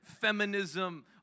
feminism